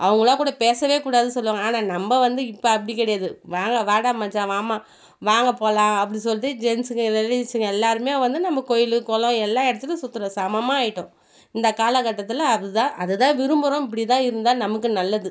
அவங்கள்லாம் கூட பேசவே கூடாதுன்னு சொல்லுவாங்கள் ஆனால் நம்ம வந்து இப்போ அப்படி கிடையாது வாங்க வாடா மச்சான் வாம்மா வாங்க போகலாம் அப்படி சொல்லிட்டு ஜென்ஸுங்க லேடீஸுங்க எல்லோருமே வந்து நம்ம கோவிலு குளம் எல்லா இடத்துக்கும் சுற்றுவுறோம் சமமாக ஆயிட்டோம் இந்த காலக் கட்டத்தில் அதுதான் அதைதான் விரும்புகிறோம் இப்படிதான் இருந்தால் நமக்கு நல்லது